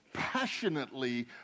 passionately